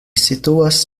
situas